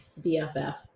BFF